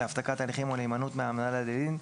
להפסקת הליכים או להימנעות מהעמדה לדין,